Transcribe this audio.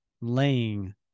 laying